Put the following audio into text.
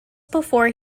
before